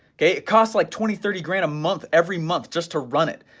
okay, it costs like twenty, thirty grand a month every month just to run it,